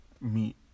meet